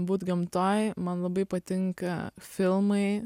būt gamtoj man labai patinka filmai